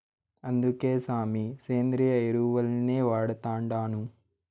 అందుకే సామీ, సేంద్రియ ఎరువుల్నే వాడతండాను